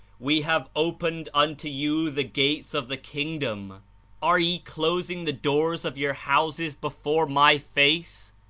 we have opened unto you the gates of the kingdom are ye closing the door of your houses before my face?